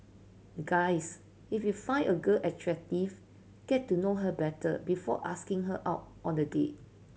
guys if you find a girl attractive get to know her better before asking her out on the date